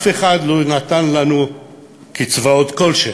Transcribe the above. אף אחד לא נתן לנו קצבאות כלשהן,